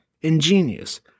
Ingenious